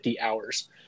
hours